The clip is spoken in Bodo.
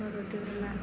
बर' धोरोमआ